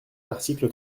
l’article